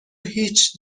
هیچ